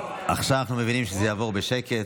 עכשיו אנחנו מבינים שזה יעבור בשקט.